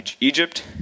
Egypt